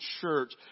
church